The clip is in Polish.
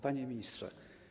Panie Ministrze!